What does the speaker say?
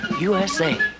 USA